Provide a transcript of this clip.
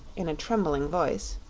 in a trembling voice.